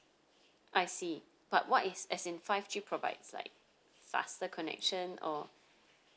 I see but what is as in five G provides like faster connection or